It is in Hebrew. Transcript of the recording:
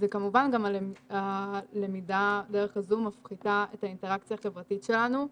כמובן גם הלמידה דרך הזום מפחיתה את האינטראקציה החברתית שלנו.